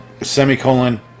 Semicolon